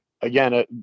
Again